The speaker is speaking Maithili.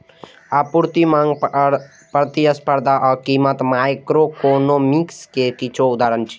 आपूर्ति, मांग, प्रतिस्पर्धा आ कीमत माइक्रोइकोनोमिक्स के किछु उदाहरण छियै